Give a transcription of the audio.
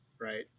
right